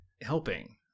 helping